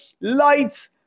Lights